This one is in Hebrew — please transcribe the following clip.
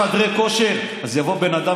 תסביר למה סוגרים את חדרי הכושר ולא,